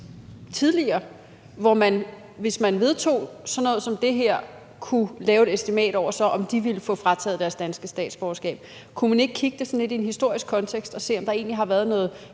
tidligere, så man, hvis man vedtog sådan noget som det her, kunne lave et estimat over, om de så ville få frataget deres danske statsborgerskab? Kunne man ikke kigge på det sådan lidt i en historisk kontekst og se, om der egentlig har været noget